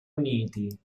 uniti